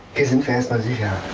isn't fast as you have